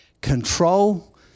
control